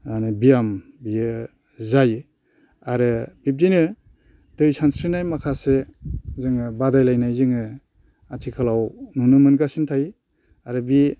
माने बियाम बेयो जायो आरो बिब्दिनो दै सानस्रिनाय माखासे जोङो बादायलायनाय जोङो आथिखालाव हमनो मोनगासिनो थायो आरो बे